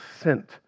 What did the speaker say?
sent